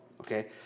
okay